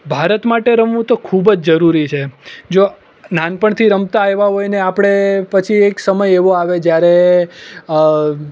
ભારત માટે રમવું તો ખૂબ જ જરૂરી છે જો નાનપણથી રમતા આવ્યા હોયને આપણે પછી એક સમય એવો આવે જ્યારે